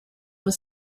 was